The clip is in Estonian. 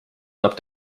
annab